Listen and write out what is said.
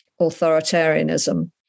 authoritarianism